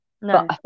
No